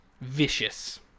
Vicious